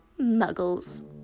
Muggles